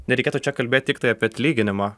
nereikėtų čia kalbėt tiktai apie atlyginimą